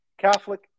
Catholic